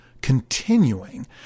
continuing